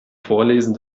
vorlesen